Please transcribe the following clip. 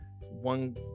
One